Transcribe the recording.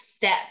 step